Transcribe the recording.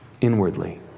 inwardly